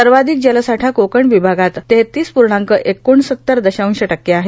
सर्वाधिक जलसाठा कोकण विभागात तेहतीस पूर्णांक एकोणसत्तरदशांश टक्के आहे